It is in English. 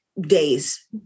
days